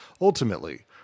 ultimately